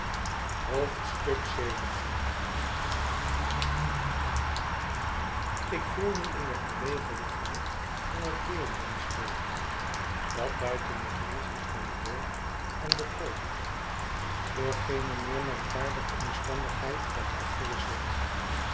xvii ik viel nu in den geregelden gang van het leerjongensleven dat buiten de grenzen van het dorp en de polders door geene meer merkwaardige omstandigheid werd afgewisseld